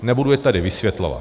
Nebudu je tady vysvětlovat.